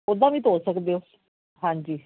ਉੱਦਾਂ ਵੀ ਧੋ ਸਕਦੇ ਹੋ ਹਾਂਜੀ